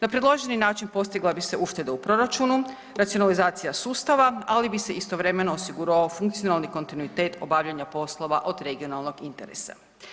Na predloženi način postigla bi se ušteda u proračunu, racionalizacija sustava, ali bi se istovremeno osigurao funkcionalni kontinuitet obavljanja poslova od regionalnog interesa.